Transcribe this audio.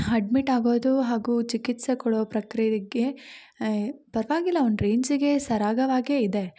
ಅಡ್ಮಿಟಾಗೋದು ಹಾಗೂ ಚಿಕಿತ್ಸೆ ಕೊಡೊ ಪ್ರಕ್ರಿಯೆಗೆ ಪರವಾಗಿಲ್ಲ ಒಂದು ರೇಂಜಿಗೆ ಸರಾಗವಾಗೇ ಇದೆ